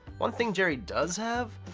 one thing jerry does have?